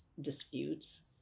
disputes